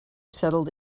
settled